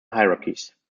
hierarchies